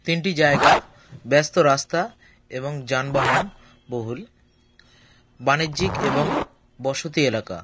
তিনটি জায়গা ব্যস্ত রাস্তা এবং যানবাহন বহুল বাণিজ্যিক এবং বসতি এলাকা